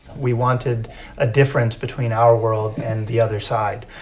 we wanted a difference between our world and the other side,